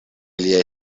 liaj